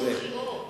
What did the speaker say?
תראה,